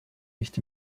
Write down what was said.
nicht